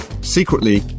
Secretly